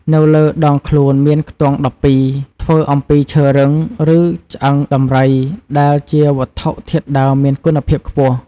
នៅលើដងខ្លួនមានខ្ទង់ ១២ ធ្វើអំពីឈើរឹង ឬឆ្អឹងដំរី ដែលជាវត្ថុធាតុដើមមានគុណភាពខ្ពស់។